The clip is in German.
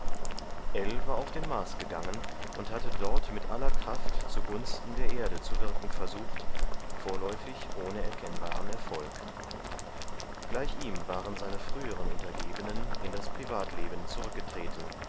war auf den mars gegangen und hatte dort mit aller kraft zugunsten der erde zu wirken versucht vorläufig ohne erkennbaren erfolg gleich ihm waren seine früheren untergebenen in das privatleben zurückgetreten